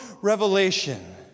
revelation